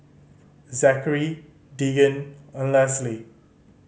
Zachary Deegan and Lesly